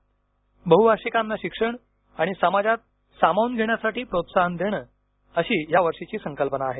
बहुभाषिकांना शिक्षण आणि समाजात सामावून घेण्यासाठी प्रोत्साहन देणे अशी यावर्षीची संकल्पना आहे